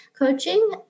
coaching